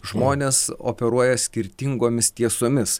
žmonės operuoja skirtingomis tiesomis